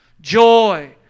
joy